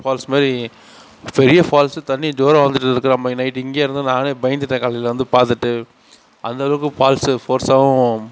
falls மாதிரி பெரிய falls தண்ணி ஜோராக வந்துட்டிருக்கு நம்ம இ நைட்டு இங்கேயா இருந்தோம் நானே பயந்துட்டேன் காலையில் வந்து பார்த்துட்டு அந்தளவுக்கு ஃபால்ஸு ஃபோர்ஸாகவும்